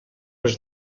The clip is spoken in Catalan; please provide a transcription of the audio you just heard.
els